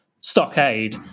stockade